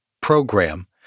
program